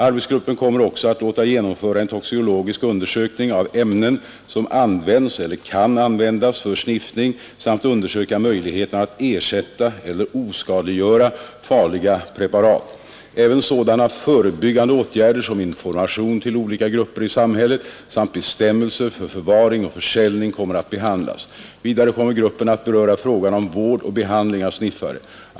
Arbetsgruppen kommer också att låta genomföra en toxikologisk undersökning av ämnen som används eller kan användas för sniffning samt undersöka möjligheterna att ersätta eller oskadliggöra farliga preparat. Även sådana förebyggande åtgärder som information till olika grupper i samhället samt bestämmelser för förvaring och försäljning kommer att behandlas. Vidare kommer gruppen att beröra frågan om vård och behandling av sniffare.